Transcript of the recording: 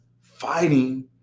fighting